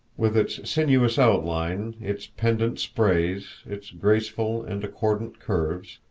with its sinuous outline, its pendant sprays, its graceful and accordant curves,